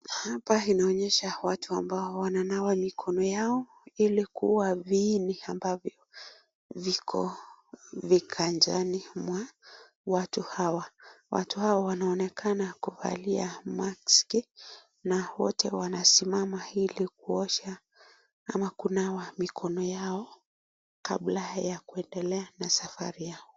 Hapa inaonyesha watu ambao wananawa mikono yao ili kuua viini ambavyo viko viganjani mwa watu hawa. Watu hawa wanonekana kuvalia maski na wote wanasimama ili kuosha ama kunawa mikono yao kabla ya kuendelea na safari yao.